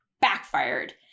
backfired